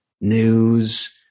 news